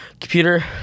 computer